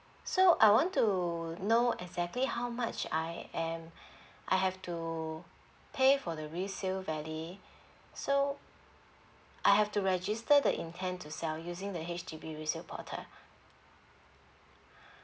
so I want to know exactly how much I am I have to pay for the resale levy so I have to register the intent to sell using the H_D_B resale portal